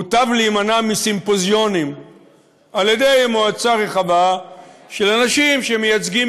מוטב להימנע מסימפוזיונים על-ידי מועצה רחבה של אנשים שמייצגים